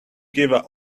give